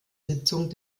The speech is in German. sitzung